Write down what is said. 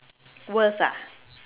worst ah